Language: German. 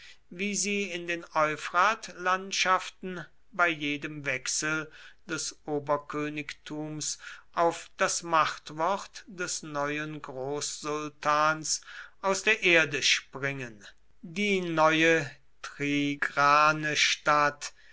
wie sie in den euphratlandschaften bei jedem wechsel des oberkönigtums auf das machtwort des neuen großsultans aus der erde springen die neue